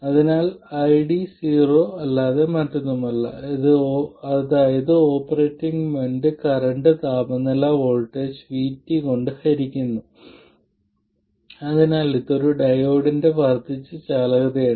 അതിനാൽ ഇത് ID0 അല്ലാതെ മറ്റൊന്നുമല്ല അതായത് ഓപ്പറേറ്റിംഗ് പോയിന്റ് കറന്റ് താപ വോൾട്ടേജ് Vt കൊണ്ട് ഹരിക്കുന്നു അതിനാൽ ഇത് ഒരു ഡയോഡിന്റെ വർദ്ധിച്ച ചാലകതയാണ്